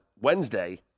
Wednesday